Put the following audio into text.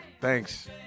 thanks